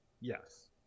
Yes